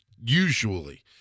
usually